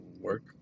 work